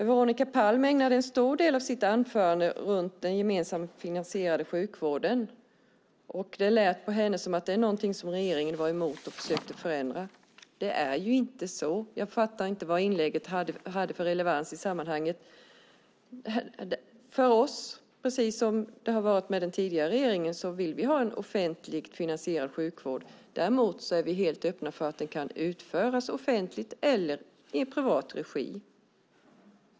Veronica Palm ägnade en stor del av sitt anförande åt den gemensamt finansierade sjukvården. Det lät på henne som om det är någonting som regeringen är emot och försöker förändra. Det är inte så. Jag fattar inte vilken relevans inlägget hade i sammanhanget. Vi vill ha en offentligt finansierad sjukvård, precis som den tidigare regeringen. Däremot är vi helt öppna för att den kan utföras i offentlig eller privat regi.